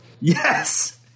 Yes